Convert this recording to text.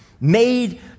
made